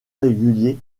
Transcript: régulier